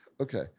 Okay